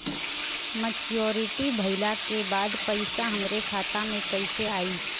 Maturity भईला के बाद पईसा हमरे खाता में कइसे आई?